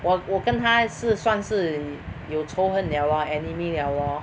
我我跟她是算是有仇恨 liao lor enemy liao lor